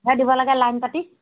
সেই দিব লাগে লাইন পাতি